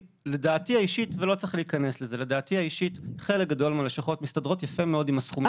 לדעתי האישית חלק גדול מהלשכות מסתדרות יפה מאוד עם הסכומים שהם גובים.